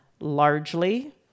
largely